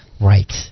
Right